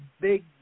big